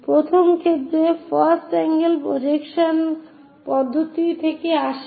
প্রথম ক্ষেত্রে first angle projection পদ্ধতি থেকে আসে